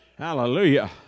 Hallelujah